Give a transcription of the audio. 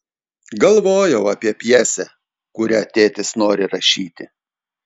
galvojau apie pjesę kurią tėtis nori rašyti